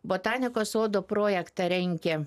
botanikos sodo projektą rengė